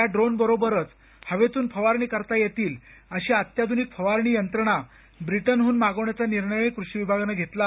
या ड्रोन बरोबरच हवेतून फवारणी करता येतील अशी अत्याध्निक फवारणी यंत्रणा ब्रिटनह्न मागवण्याचा निर्णयही कृषी विभागानं घेतला आहे